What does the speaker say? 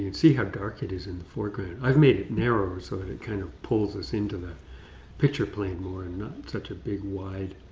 see how dark it is in the foreground. i've made it narrower so and it kind of pulls us into the picture plane more and not such a big wide,